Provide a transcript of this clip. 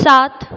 सात